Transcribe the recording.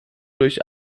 durch